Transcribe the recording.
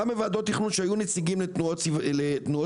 גם בוועדות תכנון שהיו נציגים לתנועות סביבתיות,